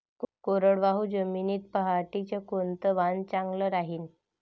कोरडवाहू जमीनीत पऱ्हाटीचं कोनतं वान चांगलं रायीन?